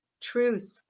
truth